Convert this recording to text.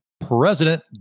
President